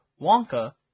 Wonka